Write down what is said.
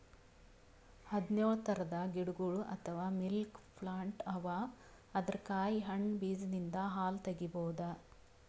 ಹದ್ದ್ನೊಳ್ ಥರದ್ ಗಿಡಗೊಳ್ ಅಥವಾ ಮಿಲ್ಕ್ ಪ್ಲಾಂಟ್ ಅವಾ ಅದರ್ ಕಾಯಿ ಹಣ್ಣ್ ಬೀಜದಿಂದ್ ಹಾಲ್ ತಗಿಬಹುದ್